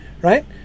right